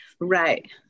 right